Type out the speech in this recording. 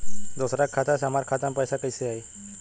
दूसरा के खाता से हमरा खाता में पैसा कैसे आई?